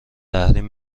تحریم